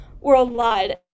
worldwide